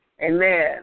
Amen